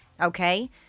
okay